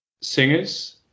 singers